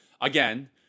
again